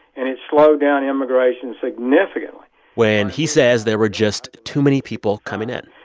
and it slowed down immigration significantly when he says there were just too many people coming in.